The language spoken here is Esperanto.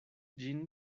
ĝin